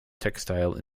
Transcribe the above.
textile